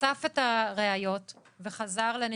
אסף את הראיות וחזר לנציבות.